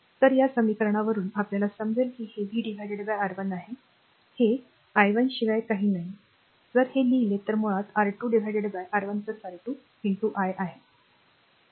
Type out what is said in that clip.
तर या समीकरणावरून आपल्याला समजेल की हे v r R1 आहे हे r i1 शिवाय काही नाही जर हे लिहिले तर मुळात R2 R1 R2 i आहे